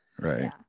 Right